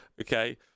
Okay